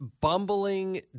Bumbling